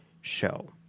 show